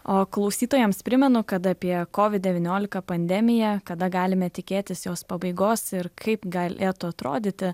o klausytojams primenu kad apie kovid devyniolika pandemiją kada galime tikėtis jos pabaigos ir kaip galėtų atrodyti